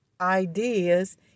ideas